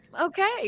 Okay